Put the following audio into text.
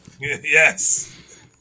Yes